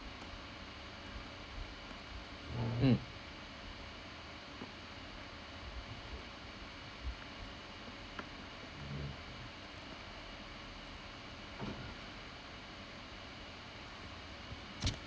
mmhmm